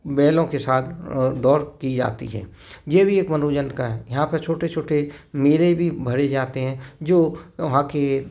बैलों के साथ दौड़ की जाती है ये भी एक मनोरंजन का है यहाँ पर छोटे छोटे मेरे भी भरे जाते हैं जो वहाँ के